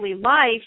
life